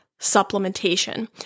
supplementation